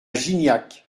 gignac